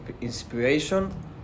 inspiration